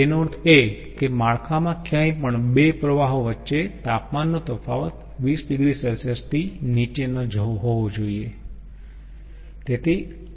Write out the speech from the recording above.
તેનો અર્થ એ કે માળખામાં ક્યાંય પણ બે પ્રવાહો વચ્ચે તાપમાનનો તફાવત 20 oC થી નીચે ન હોવો જોઈએ